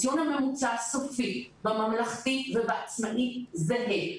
הציון הממוצע הסופי בממלכתי ובעצמאי זהה,